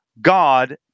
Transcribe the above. God